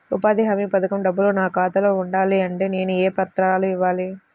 ఉపాధి హామీ పథకం డబ్బులు నా ఖాతాలో పడాలి అంటే నేను ఏ పత్రాలు ఇవ్వాలి?